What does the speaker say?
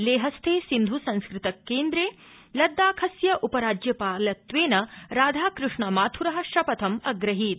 लेहस्थे सिन्ध् संस्कृत केन्द्रे लद्दाखस्य उपराज्यपालत्वेन राधाकृष्ण माथुरः शपथं अग्रहीत्